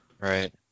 right